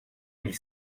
mille